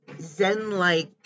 zen-like